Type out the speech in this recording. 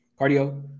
Cardio